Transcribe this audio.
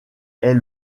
est